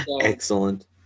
Excellent